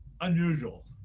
unusual